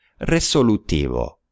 resolutivo